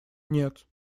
нет